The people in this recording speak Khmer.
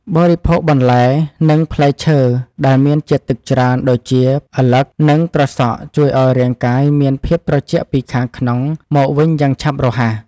បរិភោគបន្លែនិងផ្លែឈើដែលមានជាតិទឹកច្រើនដូចជាឪឡឹកនិងត្រសក់ជួយឱ្យរាងកាយមានភាពត្រជាក់ពីខាងក្នុងមកវិញយ៉ាងឆាប់រហ័ស។